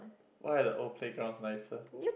why are the old playgrounds nicer